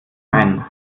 ein